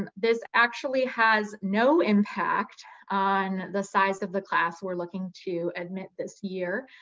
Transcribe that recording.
and this actually has no impact on the size of the class we're looking to admit this year.